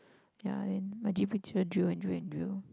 ya then my G_P teacher drill and drill and drill